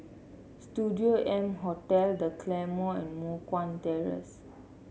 Studio M Hotel The Claymore and Moh Guan Terrace